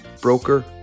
broker